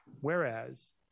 whereas